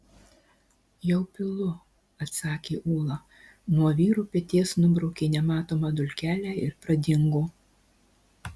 jau pilu atsakė ūla nuo vyro peties nubraukė nematomą dulkelę ir pradingo